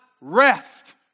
rest